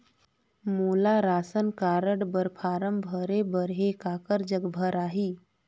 मोला ration card बर form भरे बर हे काकर जग भराही?